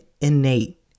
innate